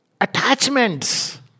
attachments